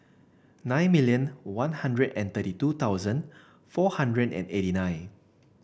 nine million One Hundred and thirty two thousand four hundred and eighty nine